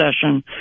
session